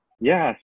Yes